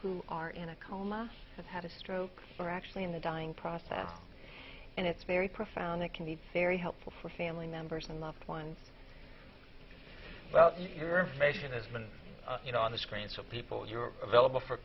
who are in a coma and have a stroke or actually in the dying process and it's very profound it can be very helpful for family members and loved ones about your information has been you know on the screen so people you're available for